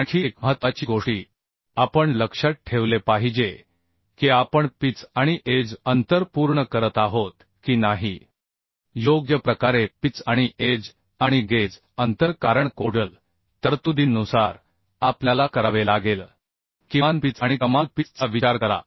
आणखी एक महत्त्वाची गोष्टी आपण लक्षात ठेवले पाहिजे की आपण पिच आणि एज अंतर पूर्ण करत आहोत की नाही योग्य प्रकारे पिच आणि एज आणि गेज अंतर कारण कोडल तरतुदींनुसार आपल्याला करावे लागेल किमान पिच आणि कमाल पिच चा विचार करा